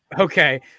Okay